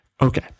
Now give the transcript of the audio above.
okay